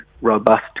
robust